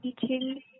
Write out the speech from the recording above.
teaching